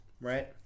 right